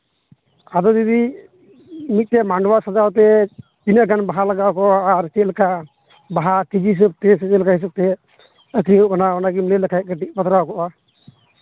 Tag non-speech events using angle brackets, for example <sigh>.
ᱟᱫᱚ ᱫᱤᱫᱤ ᱢᱤᱫᱴᱮᱡ ᱢᱟᱰᱣᱟ ᱥᱟᱡᱟᱣ ᱛᱮ ᱛᱤᱱᱟᱹᱜ ᱜᱟᱱ ᱵᱟᱦᱟ ᱞᱟᱜᱟᱣ ᱠᱚᱣᱟ ᱟᱨ ᱪᱮᱫᱠᱟ ᱵᱟᱦᱟ ᱠᱮᱡᱤ ᱦᱤᱥᱟᱹᱵ ᱛᱮ ᱥᱮ ᱪᱮᱫ ᱞᱮᱠᱟ ᱦᱤᱥᱟᱹᱵ ᱛᱮ ᱟᱹᱠᱷᱨᱤᱧᱚᱜ ᱠᱟᱱᱟ ᱚᱱᱟᱜᱮᱢ ᱞᱟᱹᱭ ᱞᱮᱠᱷᱟᱱ ᱠᱟᱹᱴᱤᱡ <unintelligible>